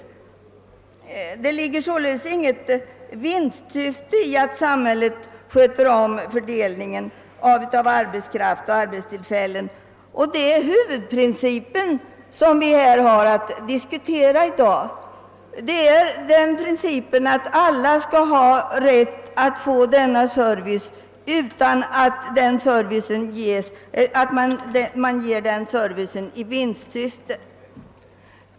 Det ligger således inget vinstsyfte i att samhället sköter om fördelningen av arbetskraft och arbetstillfällen; det är huvudprincipen som vi i dag har att diskutera. Alla skall ha rätt att få denna service, och den skall inte ges i vinstsyfte.